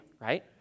right